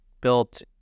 built